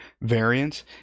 variance